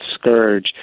scourge